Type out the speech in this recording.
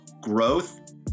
Growth